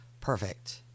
Perfect